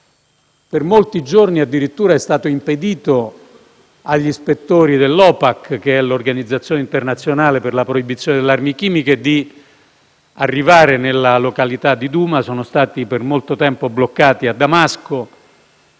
Per molti giorni addirittura è stato impedito agli ispettori dell'OPAC (l'Organizzazione internazionale per la proibizione delle armi chimiche) di arrivare nella località di Douma; sono stati per molto tempo bloccati a Damasco